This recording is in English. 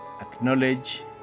acknowledge